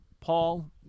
Paul